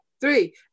three